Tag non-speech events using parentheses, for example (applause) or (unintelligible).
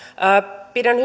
pidän (unintelligible)